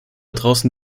draußen